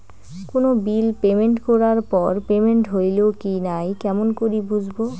কোনো bill payment করার পর পেমেন্ট হইল কি নাই কেমন করি বুঝবো?